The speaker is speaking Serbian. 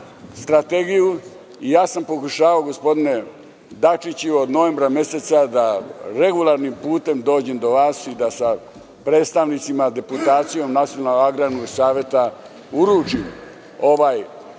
strategiju. Ja sam pokušavao, gospodine Dačiću, od novembra meseca da regularnim putem dođem do vas i da sa predstavnicima, deputacijom Nacionalnog agrarnog saveta uručim ovaj